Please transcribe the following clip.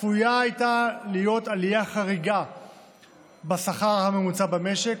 צפויה הייתה להיות עלייה חריגה בשכר הממוצע במשק,